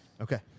Okay